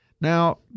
Now